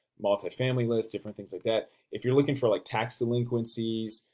multifamily lists, different things like that. if you're looking for like tax delinquencies,